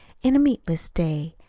an' a meatless day,